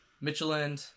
Michelin